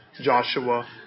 Joshua